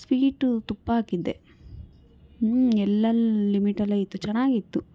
sweet ತುಪ್ಪ ಹಾಕಿದ್ದೆ ಹ್ಞೂ ಎಲ್ಲ ಲಿಮಿಟಲ್ಲೇ ಇತ್ತು ಚೆನ್ನಾಗಿತ್ತು